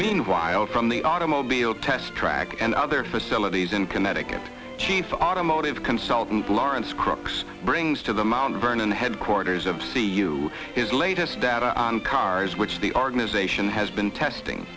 meanwhile from the automobile test track and other facilities in connecticut chief automotive consultant lawrence crooks brings to the mt vernon headquarters of see you his latest data on cars which the organization has been testing